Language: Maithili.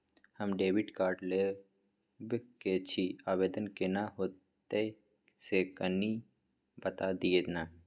हम डेबिट कार्ड लेब के छि, आवेदन केना होतै से कनी बता दिय न?